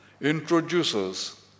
introduces